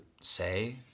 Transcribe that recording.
say